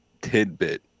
tidbit